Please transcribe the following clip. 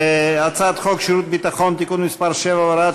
הצעת חוק שירות ביטחון (תיקון מס' 7 והוראת